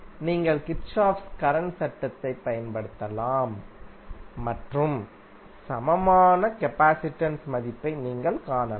நீங்கள் Kirchhoff current சட்டத்தைப் பயன்படுத்தலாம் மற்றும் சமமான கபாசிடன்ஸ் இன் மதிப்பை நீங்கள் அடையாளம் காணலாம் காணலாம்